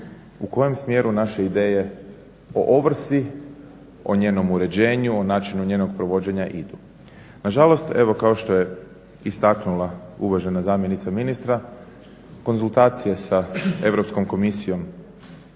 u kojem smjeru naše ideje o ovrsi, o njenom uređenju, o načinu njenog provođenja idu. Nažalost, evo kao što je istaknula uvažena zamjenica ministra konzultacije sa Europskom komisijom